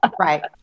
Right